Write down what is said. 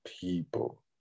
people